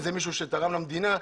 מישהו שתרם למדינה,